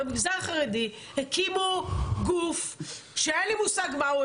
במגזר החרדי הקימו גוף שאין לי מושג מה הוא.